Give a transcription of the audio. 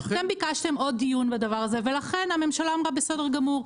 אתם ביקשתם עוד דיון בדבר הזה ולכן הממשלה אמרה בסדר גמור.